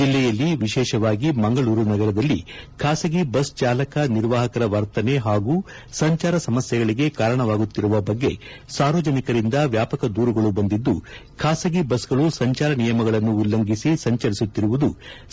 ಜಿಲ್ಲೆಯಲ್ಲಿ ವಿಶೇಷವಾಗಿ ಮಂಗಳೂರು ನಗರದಲ್ಲಿ ಖಾಸಗಿ ಬಸ್ ಚಾಲಕ ನಿರ್ವಾಹಕರ ವರ್ತನೆ ಹಾಗೂ ಸಂಚಾರ ಸಮಸ್ಯೆಗಳಿಗೆ ಕಾರಣವಾಗುತ್ತಿರುವ ಬಗ್ಗೆ ಸಾರ್ವಜನಿಕರಿಂದ ವ್ಯಾಪಕ ದೂರುಗಳು ಬಂದಿದ್ದು ಖಾಸಗಿ ಬಸ್ಗಳು ಸಂಚಾರ ನಿಯಮಗಳನ್ನು ಉಲ್ಲಂಘಿಸಿ ಸಂಚರಿಸುತ್ತಿರುವುದು